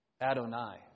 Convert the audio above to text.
Adonai